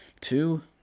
two